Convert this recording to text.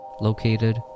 located